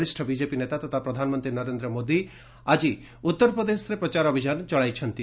ବରିଷ୍ଠ ବିଜେପି ନେତା ତଥା ପ୍ରଧାନମନ୍ତ୍ରୀ ନରେନ୍ଦ୍ର ମୋଦି ଆଳି ଉଉର ପ୍ରଦେଶରେ ପ୍ରଚାର ଅଭିଯାନ ଚଳାଇଛନ୍ତି